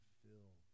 fill